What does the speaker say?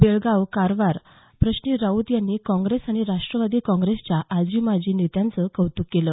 बेळगाव कारवार प्रश्नी राऊत यांनी काँग्रेस आणि राष्टवादी काँग्रेसच्या आजी माजी नेत्यांचं कौतुक केलं